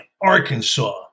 Arkansas